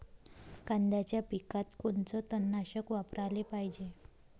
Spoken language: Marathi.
कांद्याच्या पिकात कोनचं तननाशक वापराले पायजे?